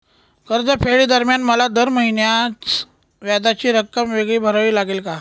कर्जफेडीदरम्यान मला दर महिन्यास व्याजाची रक्कम वेगळी भरावी लागेल का?